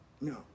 no